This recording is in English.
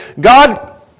God